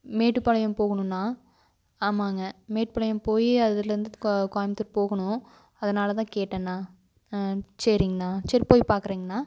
மேட்டுப்பாளையம் போகணும்ண்ணா ஆமாங்க மேட்டுப்பாளையம் போய் அதுலேருந்து கோயமுத்தூர் போகணும் அதனால் தான் கேட்டேன்ணா ஆ சரிங்கண்ணா சேரி போய் பாக்கிறேங்கண்ணா